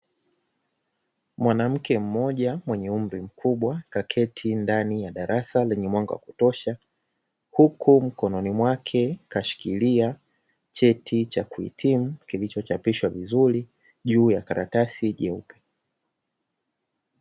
Mwanamke mmoja mwenye umri mkubwa kaketi ndani ya darasa lenye mwanga wa kutosha, huku mkononi mwake kashikilia cheti cha kuhitimu kilichochapishwa vizuri juu ya karatasi jeupe.